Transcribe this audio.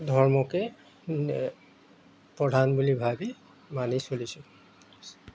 ধৰ্মকে প্ৰধান বুলি ভাবি মানি চলিছোঁ